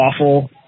awful